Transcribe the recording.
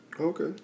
Okay